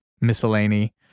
miscellany